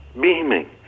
beaming